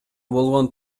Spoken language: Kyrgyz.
болгон